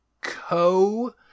co-